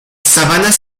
sabanas